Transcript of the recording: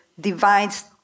divides